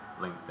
LinkedIn